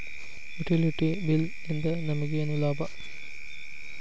Utility bill ನಿಂದ್ ನಮಗೇನ ಲಾಭಾ?